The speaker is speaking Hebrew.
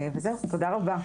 תודה רבה.